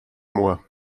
moi